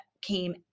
came